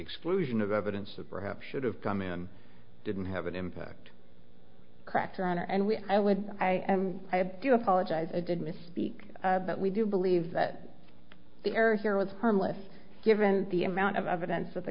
exclusion of evidence that perhaps should have come in didn't have an impact crackdown and we i would i i do apologize i did misspeak but we do believe that the air here was harmless given the amount of evidence that the